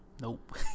nope